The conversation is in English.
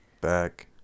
back